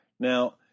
Now